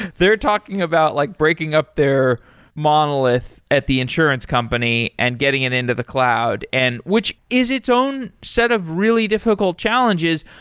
they're talking about like breaking up their monolith at the insurance company and getting it into the cloud, and which is its own set of really difficult challenges,